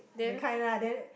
that kind lah then